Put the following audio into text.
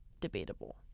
debatable